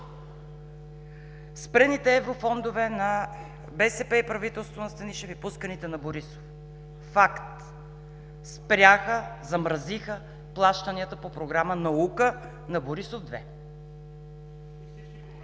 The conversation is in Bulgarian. спрените еврофондове на БСП и правителството на Станишев, и пусканите на Борисов. Факт – спряха, замразиха плащанията по Програма „Наука“ на Борисов 2.